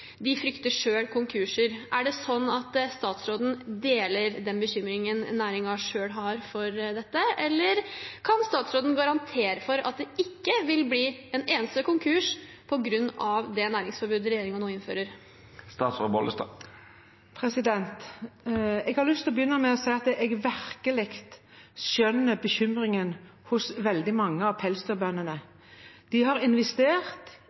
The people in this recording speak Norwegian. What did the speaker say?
de blir møtt med tilstrekkelige kompensasjonsordninger, og de frykter konkurser. Deler statsråden den bekymringen næringen selv har for dette, eller kan statsråden garantere at det ikke vil bli en eneste konkurs på grunn av det næringsforbudet regjeringen nå innfører? Jeg har lyst til å begynne med å si at jeg virkelig skjønner bekymringen hos veldig mange av pelsdyrbøndene. De har investert